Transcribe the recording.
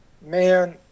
man